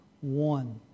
One